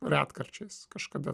retkarčiais kažkada